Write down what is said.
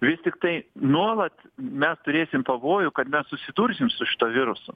vis tiktai nuolat mes turėsim pavojų kad mes susidursim su šituo virusu